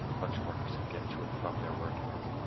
construction workers can get to and from their work areas.